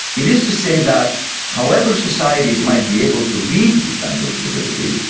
it is to say that however society might be able to read this unintelligibility,